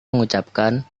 mengucapkan